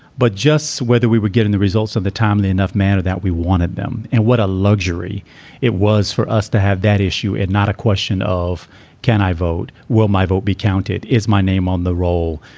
but just whether we were getting the results of the timely enough manner that we wanted them and what a luxury it was for us to have that issue is not a question of can i vote? will my vote be counted? is my name on the roll?